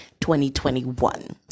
2021